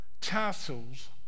tassels